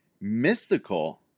mystical